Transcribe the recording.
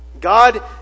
God